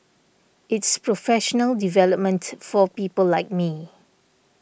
it's professional development for people like me